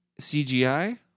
CGI